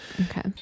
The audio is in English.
Okay